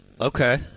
Okay